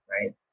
right